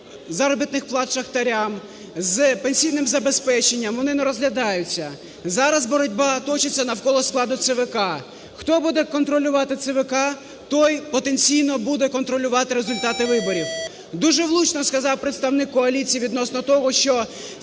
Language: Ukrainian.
заробітних плат шахтарям, з пенсійним забезпеченням, вони не розглядаються. Зараз боротьба точиться навколо складу ЦВК. Хто буде контролювати ЦВК, той потенційно буде контролювати результати виборів. Дуже влучно сказав представник коаліції відносно того, що